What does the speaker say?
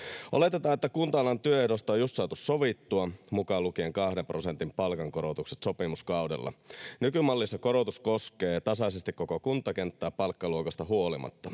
Oletetaan, että kunta-alan työehdoista on just saatu sovittua, mukaan lukien kahden prosentin palkankorotukset sopimuskaudella. Nykymallissa korotus koskee tasaisesti koko kuntakenttää palkkaluokasta huolimatta.